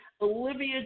Olivia